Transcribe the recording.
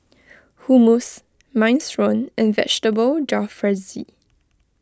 Hummus Minestrone and Vegetable Jalfrezi